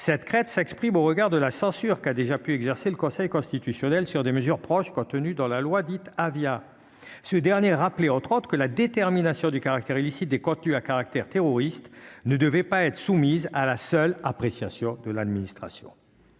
cette crête s'exprime au regard de la censure, qui a déjà pu exercer le Conseil constitutionnel sur des mesures proche contenues dans la loi dite Avia, ce dernier rappeler en trente que la détermination du caractère illicite des contenus à caractère terroriste ne devait pas être soumise à la seule appréciation de l'administration,